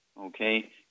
okay